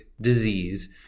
disease